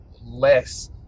less